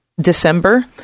December